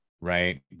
right